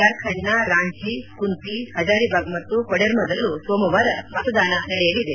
ಜಾರ್ಖಂಡ್ನ್ ರಾಂಚಿ ಕುಂತಿ ಹಜರಿಬಾಗ್ ಮತ್ತು ಕೊಡೆರ್ಮದಲ್ಲೂ ಸೋಮವಾರ ಮತದಾನ ನಡೆಯಲಿದೆ